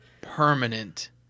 permanent